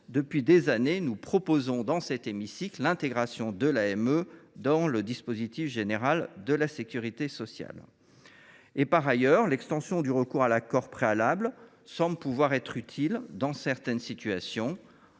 Depuis des années, nous suggérons dans cet hémicycle l’intégration de l’AME dans le dispositif général de la sécurité sociale. De même, l’extension du recours à l’accord préalable semble pouvoir être utile dans certaines situations.